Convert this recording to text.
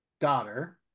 daughter